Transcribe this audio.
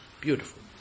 Beautiful